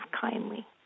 kindly